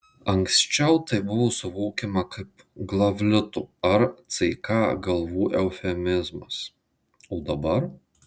anksčiau tai buvo suvokiama kaip glavlito ar ck galvų eufemizmas o dabar